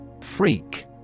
Freak